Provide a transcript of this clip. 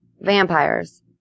Vampires